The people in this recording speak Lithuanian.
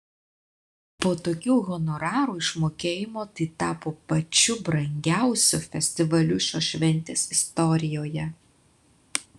po tokių honorarų išmokėjimo tai tapo pačiu brangiausiu festivaliu šios šventės istorijoje